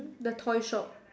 the toy shop